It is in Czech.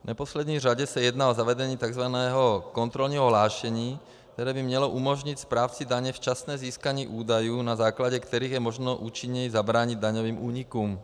V neposlední řadě se jedná o zavedení tzv. kontrolního hlášení, které by mělo umožnit správci daně včasné získání údajů, na základě kterých je možno účinněji zabránit daňovým únikům.